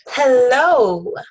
Hello